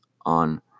on